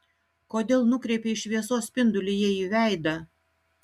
kodėl nukreipei šviesos spindulį jai į veidą